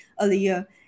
earlier